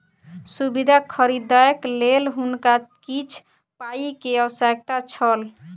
सुविधा खरीदैक लेल हुनका किछ पाई के आवश्यकता छल